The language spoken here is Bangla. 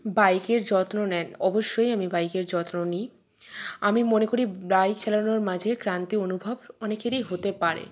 বাইকের যত্ন নেন অবশ্যই আমি বাইকের যত্ন নিই আমি মনে করি বাইক চালানোর মাঝে ক্লান্তি অনুভব অনেকেরই হতে পারে